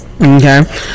Okay